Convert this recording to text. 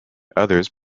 others